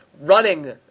running